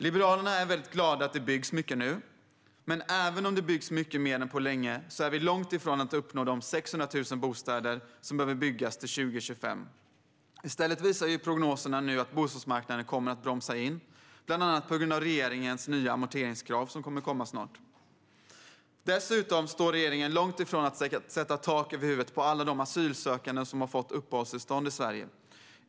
Liberalerna är mycket glada över att det byggs mycket nu. Men även om det byggs mycket mer än på länge är vi långt ifrån att uppnå de 600 000 bostäder som behöver byggas till 2025. I stället visar prognoserna nu att bostadsmarknaden kommer att bromsa in, bland annat på grund av regeringens nya amorteringskrav som kommer att komma snart. Dessutom står regeringen långt ifrån att ge tak över huvudet till alla de asylsökande som har fått uppehållstillstånd i Sverige.